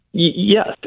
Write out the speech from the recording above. Yes